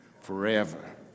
forever